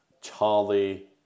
Charlie